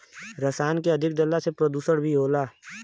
रसायन के अधिक डलला से प्रदुषण भी होला